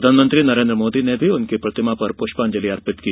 प्रधानमंत्री नरेन्द्र मोदी ने भी उनकी प्रतिमा पर पृष्पांजलि अर्पित की